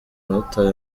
bataye